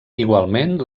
igualment